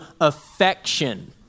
affection